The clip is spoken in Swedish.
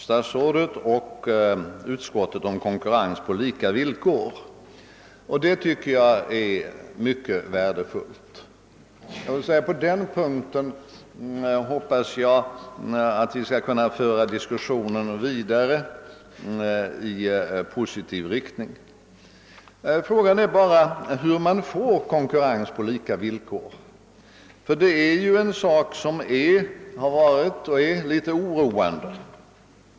Statsrådet och utskottet talar om konkurrens på lika villkor, och det tycker jag är mycket värdefullt. På den punkten tror jag, att vi skall kunna föra diskussionen vidare i positiv riktning. Frågan är bara, hur man åstadkommer konkurrens på lika villkor. Det är ju en sak som har varit och är litet oroande.